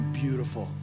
beautiful